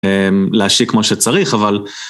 להשיק כמו שצריך אבל.